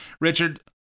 Richard